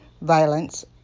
violence